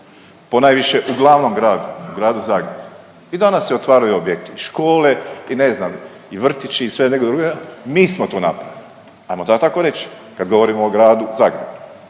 ponajviše u glavnom gradu, u gradu Zagrebu. I danas se otvaraju objekti. I škole i ne znam, i vrtići i sve .../Govornik se ne razumije./... mi smo to napravili, ajmo to tako reći, kad govorimo o gradu Zagrebu.